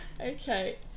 okay